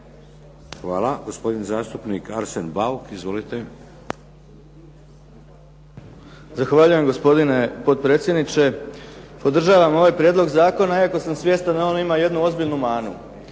Hvala. Gospodin zastupnik Arsen Bauk. Izvolite. **Bauk, Arsen (SDP)** Zahvaljujem gospodine potpredsjedniče. Podržavam ovaj prijedlog zakona, iako sam svjestan da on ima jednu ozbiljnu manu.